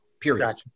period